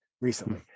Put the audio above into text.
recently